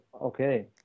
okay